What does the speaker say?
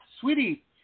sweetie